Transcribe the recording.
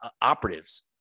operatives